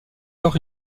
lors